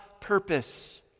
purpose